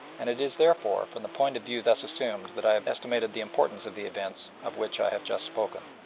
and it is, therefore, from the point of view thus assumed that i have estimated the importance of the events of which i have just spoken.